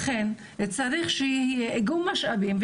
לכן צריך שיהיה איגום משאבים,